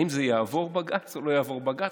האם זה יעבור בג"ץ או לא יעבור בג"ץ?